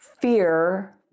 fear